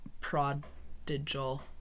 prodigal